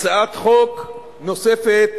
הצעת חוק נוספת